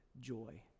joy